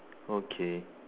okay